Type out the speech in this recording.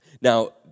Now